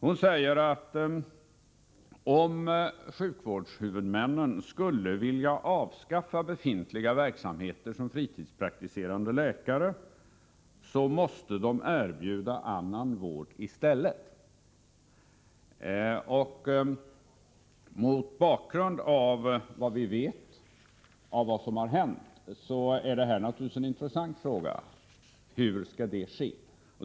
Hon säger att sjukvårdshuvudmännen, ”om de skulle vilja avskaffa verksamhet som fritidspraktiserande bedriver, måste erbjuda annan vård i stället”. Mot bakgrund av vad vi vet genom vad som har hänt är det naturligtvis en intressant fråga hur detta skall ske.